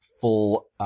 full